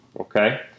okay